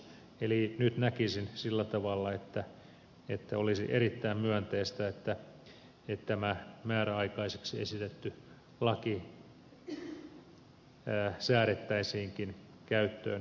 eli nyt näkisin sillä tavalla että olisi erittäin myönteistä että tämä määräaikaiseksi esitetty laki säädettäisiinkin käyttöön toistaiseksi